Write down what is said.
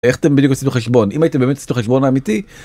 איך אתם בדיוק עשיתם חשבון, אם הייתם באמת עשיתם חשבון אמיתי.